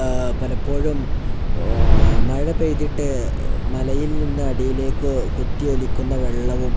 പലപ്പോഴും മഴ പെയ്തിട്ട് മലയിൽ നിന്ന് അടിയിലേക്ക് കുത്തിയൊലിക്കുന്ന വെള്ളവും